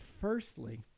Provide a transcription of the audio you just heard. firstly